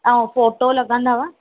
ऐं फोटो लॻंदव